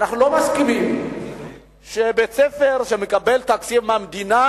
אנחנו לא מסכימים שבית-ספר שמקבל תקציב מהמדינה